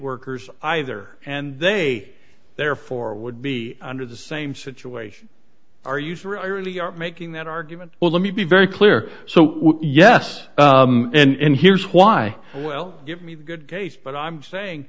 workers either and they therefore would be under the same situation are you sir i really are making that argument well let me be very clear so yes and here's why well give me a good case but i'm saying